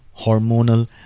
hormonal